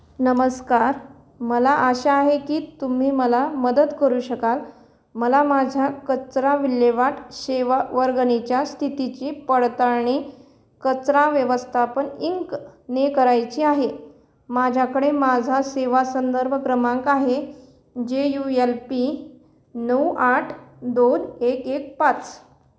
नमस्कार मला आशा आहे की तुम्ही मला मदत करू शकाल मला माझ्या कचरा विल्हेवाट सेवा वर्गणीच्या स्थितीची पडताळणी कचरा व्यवस्थापन इंकने करायची आहे माझ्याकडे माझा सेवा संदर्भ क्रमांक आहे जे यू एल पी नऊ आठ दोन एक एक पाच